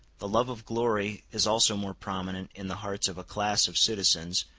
the love of glory is also more prominent in the hearts of a class of citizens,